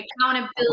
accountability